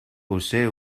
posee